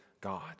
God